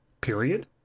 period